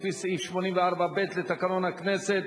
לפי סעיף 84(ב) לתקנון הכנסת,